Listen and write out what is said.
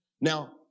now